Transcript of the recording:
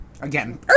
again